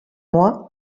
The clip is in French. moi